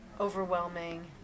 overwhelming